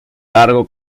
largo